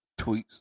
tweets